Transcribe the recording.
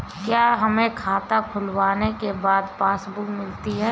क्या हमें खाता खुलवाने के बाद पासबुक मिलती है?